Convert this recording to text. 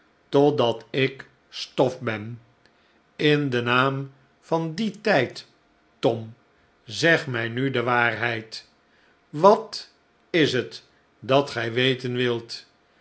totdat ik stof ben in den naam van dien tijd tom zeg mij nu de waarheid wat is het dat gij weten wilt